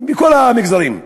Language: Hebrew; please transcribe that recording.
מכל המגזרים.